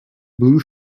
blue